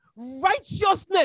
righteousness